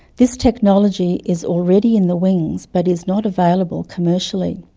this technology is already in the wings, but is not available commercially.